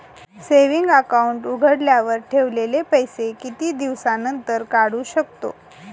Saving account उघडल्यावर ठेवलेले पैसे किती दिवसानंतर काढू शकतो?